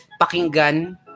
pakinggan